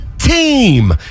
Team